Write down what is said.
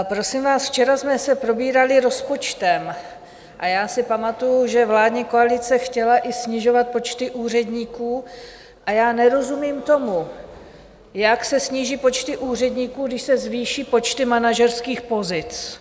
Prosím vás, včera jsme se probírali rozpočtem a já si pamatuji, že vládní koalice chtěla i snižovat počty úředníků, a já nerozumím tomu, jak se sníží počty úředníků, když se zvýší počty manažerských pozic.